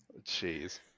Jeez